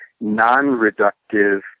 non-reductive